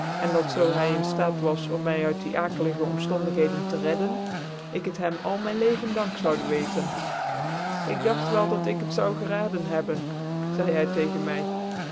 en dat zoo hy in ftaat was om my uit die akelige o tïftandighcdcn te redden ik het hem al mijn leven dank zoude weten ik dagt wel dat ik het zoude geraden hebben zcide hy tegens my